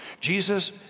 Jesus